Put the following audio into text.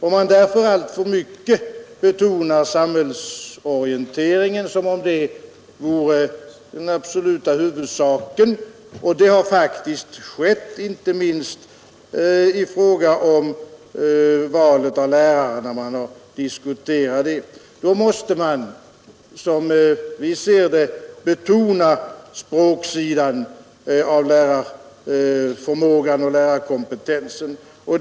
Om man därför alltför mycket betonar samhällsorienteringen som om den vore den absoluta huvudsaken, och det har faktiskt skett inte minst när man diskuterat valet av lärare, då måste man också framhålla språksidan och lärarnas kompentens därvidlag.